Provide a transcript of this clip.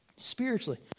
Spiritually